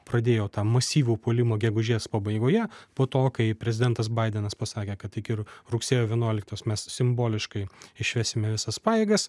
pradėjo tą masyvų puolimą gegužės pabaigoje po to kai prezidentas baidenas pasakė kad iki rugsėjo vienuoliktos mes simboliškai išvesime visas pajėgas